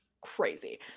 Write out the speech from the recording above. crazy